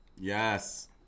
Yes